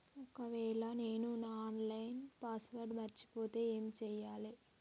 ఒకవేళ నేను నా ఆన్ లైన్ పాస్వర్డ్ మర్చిపోతే ఏం చేయాలే?